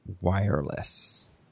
wireless